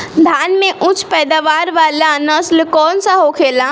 धान में उच्च पैदावार वाला नस्ल कौन सा होखेला?